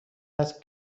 است